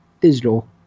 digital